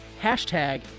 hashtag